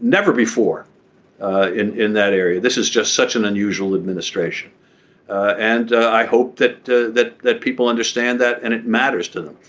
never before in in that area. this is just such an unusual administration ah and i hope that that that people understand that it matters to them.